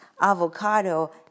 avocado